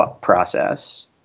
process